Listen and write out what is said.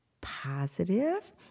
positive